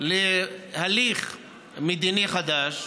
להליך מדיני חדש,